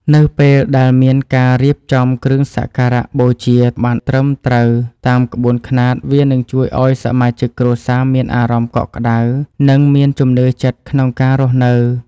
នៅពេលដែលមានការរៀបចំគ្រឿងសក្ការបូជាបានត្រឹមត្រូវតាមក្បួនខ្នាតវានឹងជួយឱ្យសមាជិកគ្រួសារមានអារម្មណ៍កក់ក្តៅ និង មានជំនឿចិត្តក្នុងការរស់នៅ។